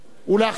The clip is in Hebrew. ואחריו,